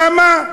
למה?